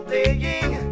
playing